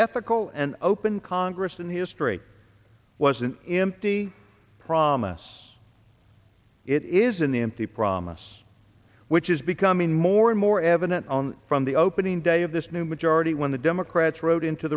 ethical and open congress in history was an empty promise it is in the empty promise which is becoming more and more evident on from the opening day of this new majority when the democrats rode into